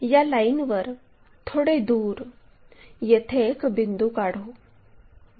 या लाईनवर थोडे दूर येथे एक बिंदू काढू